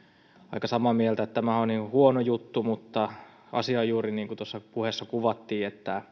aika samaa mieltä että tämä on huono juttu mutta asia on juuri niin kuin tuossa puheessa kuvattiin